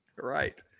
Right